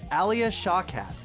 alia shawkat.